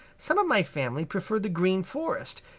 some of my family prefer the green forest,